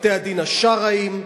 בתי-הדין השרעיים,